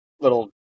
little